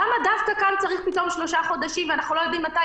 למה דווקא כאן צריך פתאום שלושה חודשים ואנחנו לא יודעים מתי